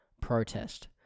protest